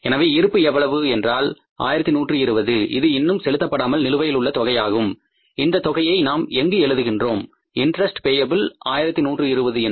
எனவே இருப்பு எவ்வளவு 1120 இது இன்னும் செலுத்தப்படாமல் நிலுவையிலுள்ள தொகையாகும் இந்த தொகையை நாம் எங்கு எழுதுகின்றோம் இன்ட்ரஸ்ட் பேய்ப்பில் 1120 என்று